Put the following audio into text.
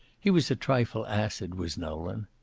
he was a trifle acid, was nolan.